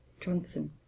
Johnson